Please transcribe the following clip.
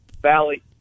Valley